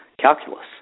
calculus